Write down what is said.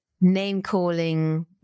name-calling